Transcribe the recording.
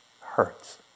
hurts